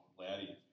laddie